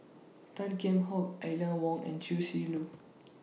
Tan Kheam Hock Aline Wong and Chia Shi Lu